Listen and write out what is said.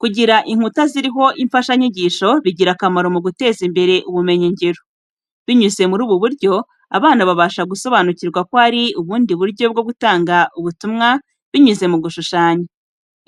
Kugira inkuta ziriho imfashanyigisho bigira akamaro mu guteza imbere ubumenyingiro. Binyuze muri ubu buryo, abana babasha gusobanukirwa ko hari ubundi buryo bwo gutanga ubutumwa binyuze mu gushushanya.